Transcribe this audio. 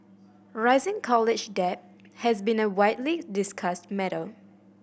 rising college debt has been a widely discussed matter